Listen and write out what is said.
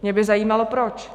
Mě by zajímalo proč.